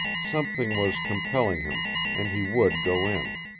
something was compelling him, and he would go in.